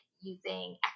using